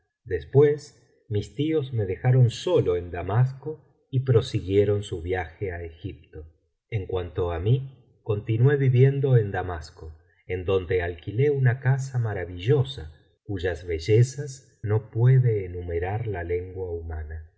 después mis tíos me dejaron solo en damasco y prosiguieron su viaje á egipto en cuanto á mí continué viviendo en damasco en donde alquilé una casa maravillosa cuyas be llezas no puede enumerar la lengua humana